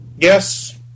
Yes